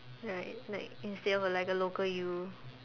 right like instead of like a local U